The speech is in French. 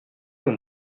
ont